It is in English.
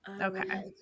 Okay